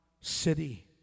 city